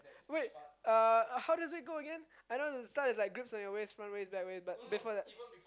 wait uh how does it go again I know the start is like grapes on your waits front ways back ways but before that